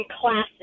classes